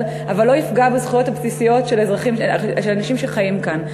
אבל לא יפגע בזכויות הבסיסיות של אנשים שחיים כאן,